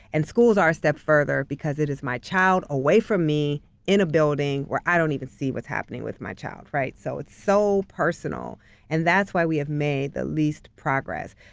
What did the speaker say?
and schools are a step further because it is my child away from me in a building where i don't even see what's happening with my child, right. so it's so personal and that's why we have made the least progress.